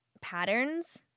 patterns